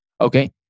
Okay